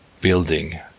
building